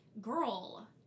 girl